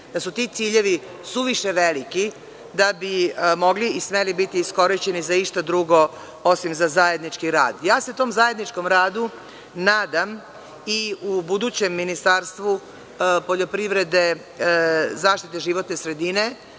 da su ti ciljevi suviše veliki da bi mogli i smeli biti iskorišćeni za išta drugo osim za zajednički rad. Ja se tom zajedničkom radu nadam i u budućem Ministarstvu poljoprivrede i zaštite životne sredine,